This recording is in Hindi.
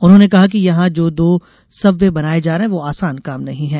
उन्होंने कहा कि यहां जो दो सबवे बनाये जा रहे है वे आसान काम नही है